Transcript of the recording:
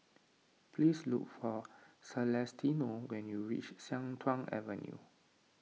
please look for Celestino when you reach Sian Tuan Avenue